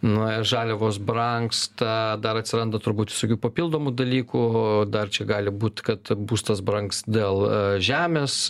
na žaliavos brangsta dar atsiranda turbūt visokių papildomų dalykų dar čia gali būt kad būstas brangs dėl žemės